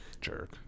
Jerk